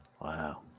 Wow